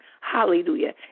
hallelujah